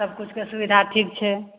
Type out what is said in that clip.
सबकिछुके सुविधा ठीक छै